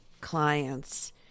clients